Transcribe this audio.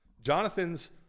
Jonathan's